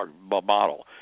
model